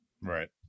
Right